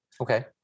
Okay